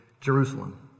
Jerusalem